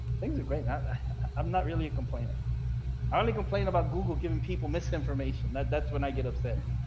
things are great now i'm not really a complainer i only complain about google giving people misinformation. that's when i get upset.